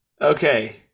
Okay